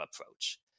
approach